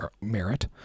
merit